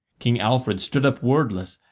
king alfred stood up wordless,